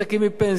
מקרן השתלמות,